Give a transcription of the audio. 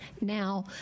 Now